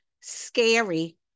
scary